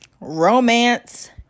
romance